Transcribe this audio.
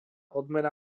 odmena